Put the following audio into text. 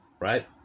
Right